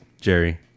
Jerry